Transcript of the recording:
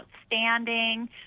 outstanding